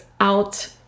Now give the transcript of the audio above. out